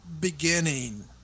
beginning